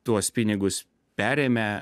tuos pinigus perėmę